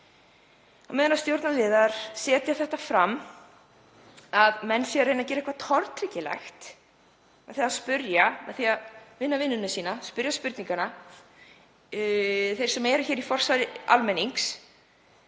Á meðan stjórnarliðar setja þetta fram, að menn séu að reyna að gera eitthvað tortryggilegt með því að spyrja, með því að vinna vinnuna sína, spyrja spurninga, þeir sem eru hér í forsvari fyrir almenning,